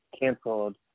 canceled